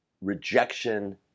rejection